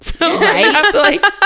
Right